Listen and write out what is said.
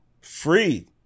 free